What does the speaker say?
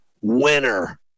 winner